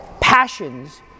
passions